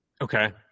Okay